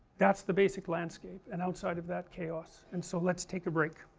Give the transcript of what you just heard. that's the basic landscape, and outside of that chaos, and so let's take a break